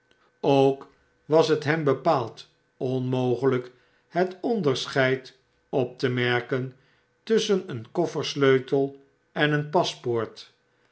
ook was het hem bepaald onmogeljjk het onderscheid op te merken tusschen een koffersleutel en een paspoort